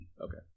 Okay